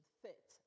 fit